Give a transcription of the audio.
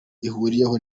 ihuriyeho